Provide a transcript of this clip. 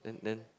then then